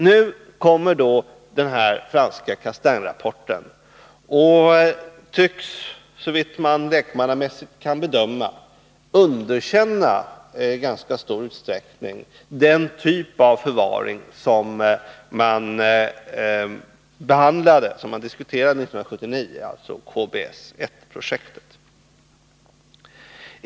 Såvitt jag lekmannamässigt kan bedöma tycks den franska Castaingrapporten i ganska stor utsträckning underkänna den typ av förvaring som man diskuterade 1979, dvs. KBS-1-projektet.